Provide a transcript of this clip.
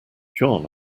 john